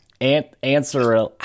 answer